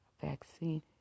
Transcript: vaccine